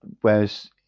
Whereas